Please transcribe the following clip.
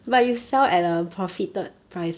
profit